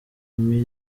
emile